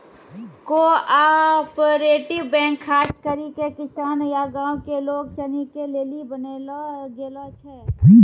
cooperative bank खास करी के किसान या गांव के लोग सनी के लेली बनैलो गेलो छै